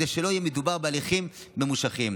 כדי שלא יהיה מדובר בתהליכים ממושכים.